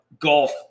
golf